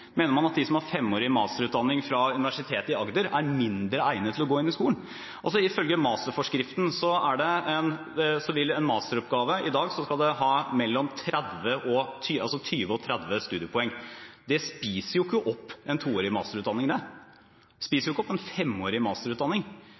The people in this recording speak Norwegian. Mener man at de som har femårig masterutdanning fra Universitetet i Agder, er mindre egnet til å gå inn i skolen? Ifølge masterforskriften skal en masteroppgave i dag være på mellom 20 og 30 studiepoeng. Det spiser ikke opp en toårig masterutdanning, det spiser ikke opp en femårig masterutdanning. I beste fall spiser det